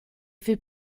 fait